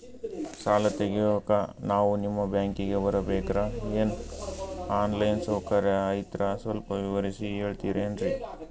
ಸಾಲ ತೆಗಿಯೋಕಾ ನಾವು ನಿಮ್ಮ ಬ್ಯಾಂಕಿಗೆ ಬರಬೇಕ್ರ ಏನು ಆನ್ ಲೈನ್ ಸೌಕರ್ಯ ಐತ್ರ ಸ್ವಲ್ಪ ವಿವರಿಸಿ ಹೇಳ್ತಿರೆನ್ರಿ?